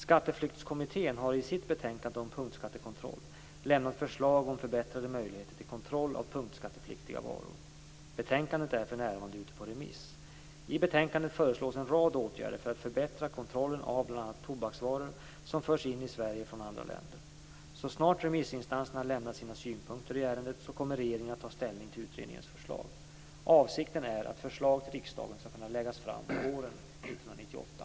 Skatteflyktskommittén har i sitt betänkande om punktskattekontroll lämnat förslag om förbättrade möjligheter till kontroll av punktskattepliktiga varor. Betänkandet är för närvarande ute på remiss. I betänkandet föreslås en rad åtgärder för att förbättra kontrollen av bl.a. tobaksvaror som förs in i Sverige från andra länder. Så snart remissinstanserna har lämnat sina synpunkter i ärendet kommer regeringen att ta ställning till utredningens förslag. Avsikten är att förslag till riksdagen skall kunna läggas fram våren 1998.